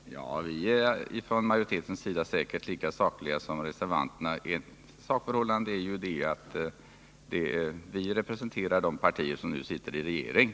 Herr talman! Ja, vi är från majoritetens sida säkerligen lika sakliga som reservanterna. Ett sakförhållande är ju att vi representerar de partier som nu sitter i regeringen.